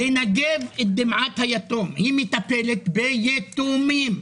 העמותה הזו מטפלת ביתומים.